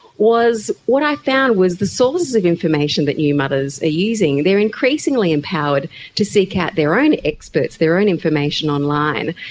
what i found was the sources of information that new mothers are using. they are increasingly empowered to seek out their own experts, their own information online.